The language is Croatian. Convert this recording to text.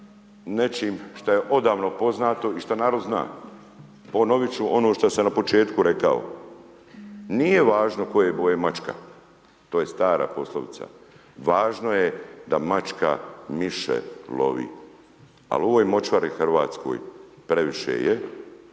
nečim što je odavno poznato i što narod zna. Ponoviti ću ono što sam na početku rekao. Nije važno koje boje je mačka, to je stara poslovica, važno je da mačka miše lovi. Ali u ovoj močvari hrvatskoj previše je,